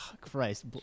Christ